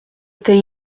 était